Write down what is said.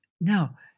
Now